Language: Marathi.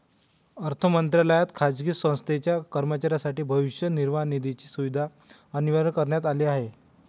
अर्थ मंत्रालयात खाजगी संस्थेच्या कर्मचाऱ्यांसाठी भविष्य निर्वाह निधीची सुविधा अनिवार्य करण्यात आली आहे